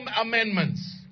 Amendments